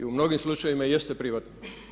I u mnogim slučajevima jeste privatni.